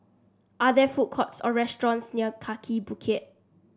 are there food courts or restaurants near Kaki Bukit